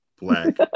black